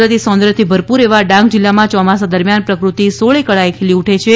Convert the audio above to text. કુદરતી સૌંદર્ય થી ભરપૂર એવા ડાંગ જિલ્લામાં ચોમાસા દરમિયાન પ્રકૃતિ સોળે કળાએ ખીલી ઊઠી છે